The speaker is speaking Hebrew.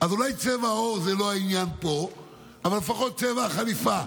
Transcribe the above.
אז אולי צבע העור הוא לא העניין פה אלא לפחות צבע החליפה,